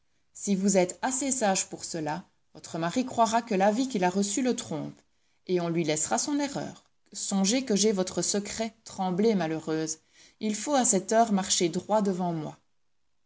si vous êtes assez sage pour cela votre mari croira que l'avis qu'il a reçu le trompe et on lui laissera son erreur songez que j'ai votre secret tremblez malheureuse il faut à cette heure marcher droit devant moi